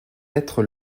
être